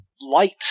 light